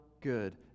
good